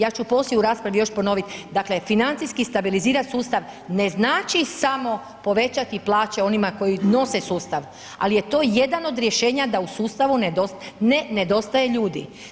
Ja ću poslije u raspravi još ponovit, dakle financijski stabilizirat sustav ne znači samo povećati plaće onima koji nose sustav ali je to jedan od rješenja da u sustavu ne nedostaje ljudi.